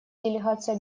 делегация